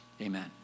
Amen